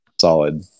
solid